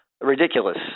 ridiculous